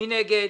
מי נגד?